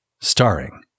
Starring